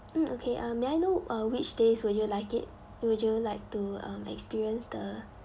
mm okay uh may I know uh which days will you like it would you like to um experience the